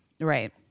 Right